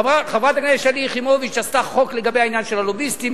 חברת הכנסת שלי יחימוביץ עשתה חוק לגבי העניין של הלוביסטים,